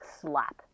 slap